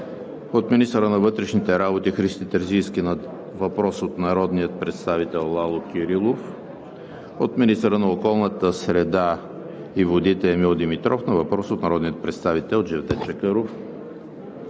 - министъра на вътрешните работи Христо Терзийски на въпрос от народния представител Лало Кирилов; - министъра на околната среда и водите Емил Димитров на въпрос от народния представител Джевдет Чакъров;